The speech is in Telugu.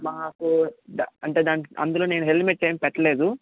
మాకు దా అంటే దాంట్లో అందులో నేను హెల్మెట్ ఏం పెట్టలేదు